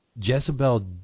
Jezebel